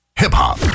hip-hop